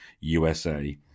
USA